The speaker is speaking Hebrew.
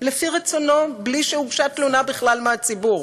לפי רצונו, בלי שהוגשה תלונה בכלל מהציבור,